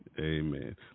Amen